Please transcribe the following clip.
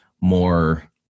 more